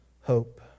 hope